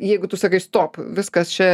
jeigu tu sakai stop viskas čia